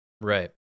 right